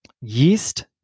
Yeast